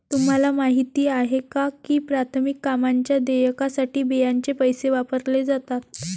तुम्हाला माहिती आहे का की प्राथमिक कामांच्या देयकासाठी बियांचे पैसे वापरले जातात?